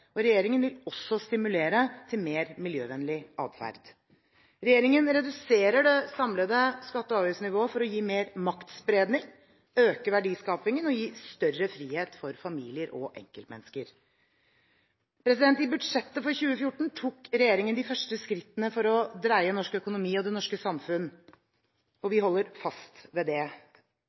Regjeringen vil også stimulere til mer miljøvennlig atferd. Regjeringen reduserer det samlede skatte- og avgiftsnivået for å gi mer maktspredning, øke verdiskapingen og gi større frihet for familier og enkeltmennesker. I budsjettet for 2014 tok regjeringen de første skrittene for å dreie norsk økonomi og det norske samfunn, og vi holder fast ved det.